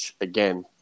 again